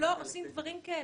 לא עושים דברים כאלה.